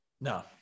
No